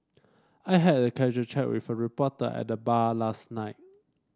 I had a casual chat with a reporter at the bar last night